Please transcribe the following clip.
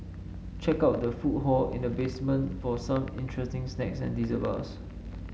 check out the food hall in the basement for some interesting snacks and dessert bars